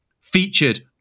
featured